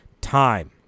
time